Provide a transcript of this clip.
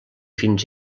fins